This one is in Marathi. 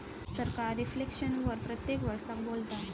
सरकार रिफ्लेक्शन वर प्रत्येक वरसाक बोलता